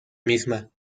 misma